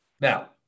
Now